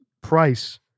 price